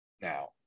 Now